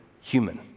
human